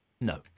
No